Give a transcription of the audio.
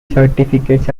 certificates